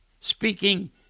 speaking